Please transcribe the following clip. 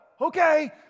okay